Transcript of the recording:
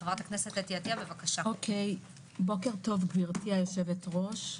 בוקר טוב, גברתי היושבת-ראש.